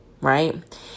right